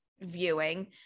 viewing